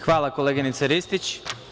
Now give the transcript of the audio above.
Hvala koleginice Ristić.